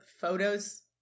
photos